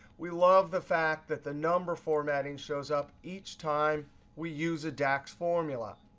we love the fact that the number formatting shows up each time we use a dax formula.